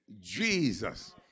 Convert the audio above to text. Jesus